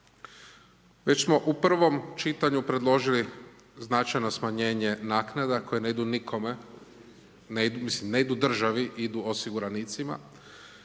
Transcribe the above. Već smo u prvom čitanju predložili značajno smanjenje naknada koje ne idu nikome, mislim ne idu državi idu osiguranicima,